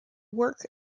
work